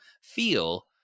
feel